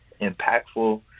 impactful